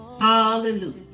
Hallelujah